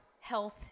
health